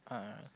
uh